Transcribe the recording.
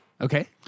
Okay